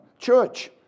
Church